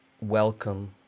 welcome